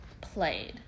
played